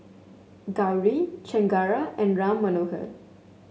Gauri Chengara and Ram Manohar